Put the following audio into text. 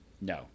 No